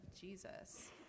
jesus